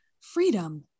Freedom